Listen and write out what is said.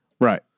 right